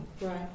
Right